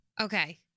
Okay